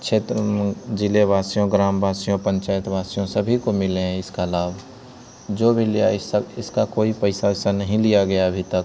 क्षेत्र में ज़िलेवासियों ग्रामवासियों पंचायतवासियों सभी को मिला है इसका लाभ जो भी लिया ई सब इसका कोई पैसा वैसा नहीं लिया गया अभी तक